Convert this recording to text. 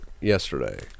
yesterday